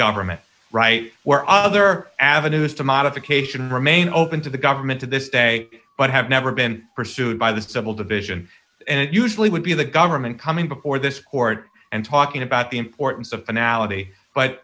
government right where other avenues to modification remain open to the government to this day but have never been pursued by the civil division and it usually would be the government coming before this court and talking about the importance of finality but